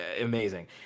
amazing